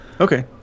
Okay